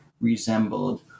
resembled